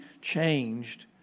changed